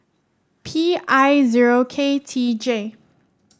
P I zero K T J